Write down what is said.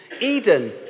Eden